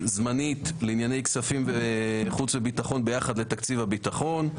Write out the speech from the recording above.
זמנית לענייני כספים וחוץ וביטחון ביחד לתקציב הביטחון.